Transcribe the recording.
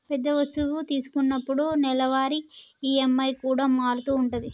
పెద్ద వస్తువు తీసుకున్నప్పుడు నెలవారీ ఈ.ఎం.ఐ కూడా మారుతూ ఉంటది